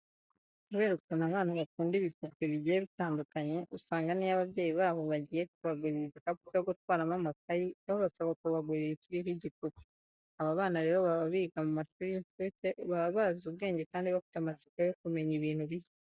Kubera ukuntu abana bakunda ibipupe bigiye bitandukanye, usanga n'iyo ababyeyi babo bagiye kubagurira igikapu cyo gutwaramo amakayi babasaba kubagurira ikiriho igipupe. Aba bana rero baba biga mu mashuri y'incuke baba bazi ubwenge kandi bafite amatsiko yo kumenya ibintu bishya.